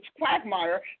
quagmire